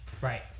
Right